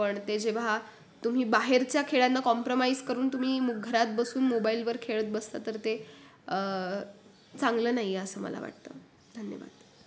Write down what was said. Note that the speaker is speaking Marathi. पण ते जेव्हा तुम्ही बाहेरच्या खेळांना कॉम्प्रमाइज करून तुम्ही मु घरात बसून मोबाईलवर खेळत बसता तर ते चांगलं नाही आहे असं मला वाटतं धन्यवाद